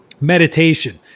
meditation